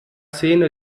szene